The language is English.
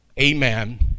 Amen